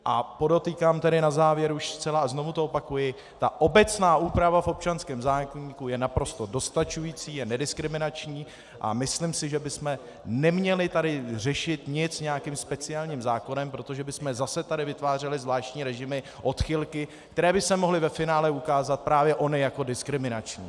A podotýkám tedy zcela na závěr a znovu to opakuji, ta obecná úprava v občanském zákoníku je naprosto dostačující, je nediskriminační a myslím si, že bychom neměli tady řešit nic nějakým speciálním zákonem, protože bychom tady zase vytvářeli zvláštní režimy, odchylky, které by se mohly ve finále ukázat, právě ony, jako diskriminační.